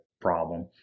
problem